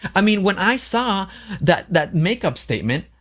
i mean, when i saw that that makeup statement,